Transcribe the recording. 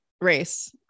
race